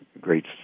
great